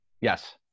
Yes